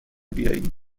بیایی